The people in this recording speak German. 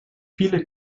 viele